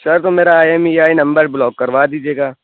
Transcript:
سر تو میرا I M E I number block كروا دیجیے گا